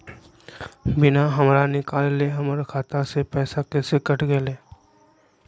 बिना हमरा निकालले, हमर खाता से पैसा कैसे कट गेलई?